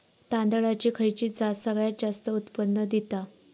तांदळाची खयची जात सगळयात जास्त उत्पन्न दिता?